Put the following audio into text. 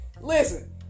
listen